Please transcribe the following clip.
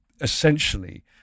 essentially